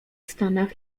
stanach